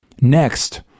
Next